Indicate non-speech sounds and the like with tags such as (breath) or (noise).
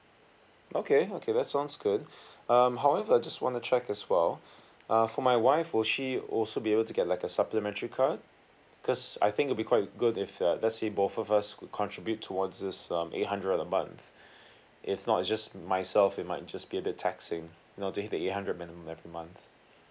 okay okay that sounds good (breath) um however just want to check as well uh for my wife will she also be able to get like a supplementary card cause I think it'll be quite good if uh let's say both of us could contribute towards this um eight hundred a month (breath) it's not just myself it might just be a bit taxing you know to hit the eight hundred minimum every month